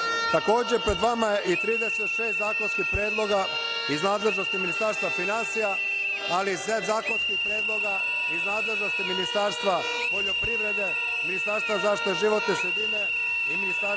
pred nama je i 36 zakonskih predloga iz nadležnosti Ministarstva finansija, ali i set zakonskih predloga iz nadležnosti Ministarstva poljoprivrede, Ministarstva zaštite životne sredine i Ministarstva